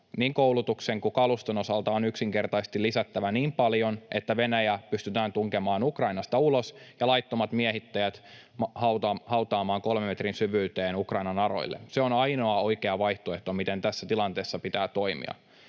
niin koulutuksen kuin kaluston osalta on yksinkertaisesti lisättävä niin paljon, että Venäjä pystytään tunkemaan Ukrainasta ulos ja laittomat miehittäjät hautaamaan kolmen metrin syvyyteen Ukrainan aroille. Se on ainoa oikea vaihtoehto, miten tässä tilanteessa pitää toimia.